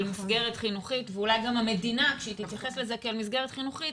מסגרת חינוכית ואולי גם המדינה כשהיא תתייחס לזה כאל מסגרת חינוכית,